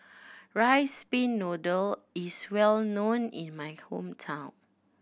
rice pin noodle is well known in my hometown